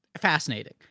fascinating